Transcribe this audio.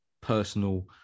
personal